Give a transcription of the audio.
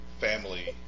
family